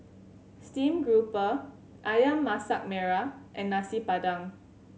stream grouper Ayam Masak Merah and Nasi Padang